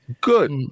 Good